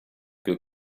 più